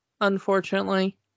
unfortunately